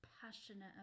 passionate